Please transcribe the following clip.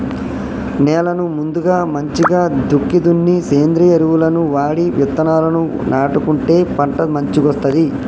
నేలను ముందుగా మంచిగ దుక్కి దున్ని సేంద్రియ ఎరువులను వాడి విత్తనాలను నాటుకుంటే పంట మంచిగొస్తది